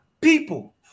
people